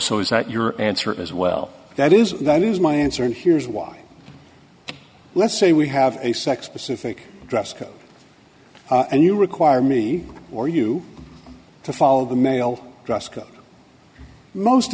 so is that your answer as well that is that is my answer and here's why let's say we have a sex specific dress code and you require me or you to follow the male dress code most